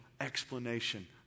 explanation